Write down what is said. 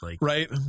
Right